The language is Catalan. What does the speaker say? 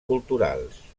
culturals